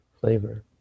flavor